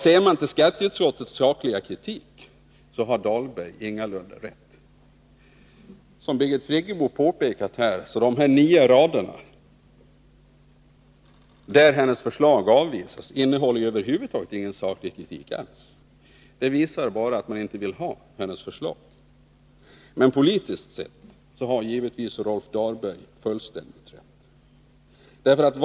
Ser man till skatteutskottets sakliga kritik har Rolf Dahlberg ingalunda rätt. Som Birgit Friggebo påpekade innehåller de nio rader där hennes förslag avvisas över huvud taget ingen saklig kritik. De visar bara att man inte vill ha hennes förslag. Men politiskt sett har givetvis Rolf Dahlberg fullständigt rätt.